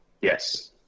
Yes